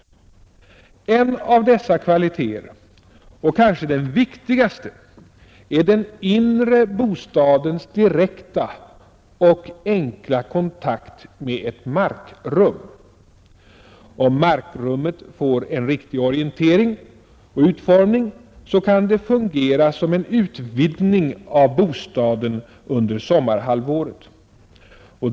En av dessa kvaliteter och kanske den viktigaste är den inre bostadens direkta och enkla kontakt med ett markrum. Om markrummet får en riktig orientering och utformning så kan det fungera som en utvidgning av bostaden under sommarhalvåret.